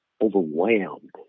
overwhelmed